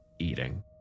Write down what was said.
eating